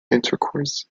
intercourse